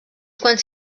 quants